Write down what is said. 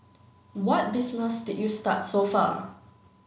what business did you start so far